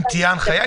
אם תהיה הנחיה,